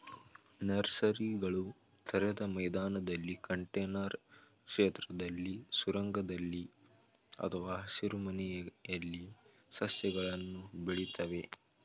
ನರ್ಸರಿಗಳು ತೆರೆದ ಮೈದಾನದಲ್ಲಿ ಕಂಟೇನರ್ ಕ್ಷೇತ್ರದಲ್ಲಿ ಸುರಂಗದಲ್ಲಿ ಅಥವಾ ಹಸಿರುಮನೆಯಲ್ಲಿ ಸಸ್ಯಗಳನ್ನು ಬೆಳಿತವೆ